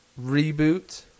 reboot